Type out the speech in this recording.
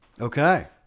Okay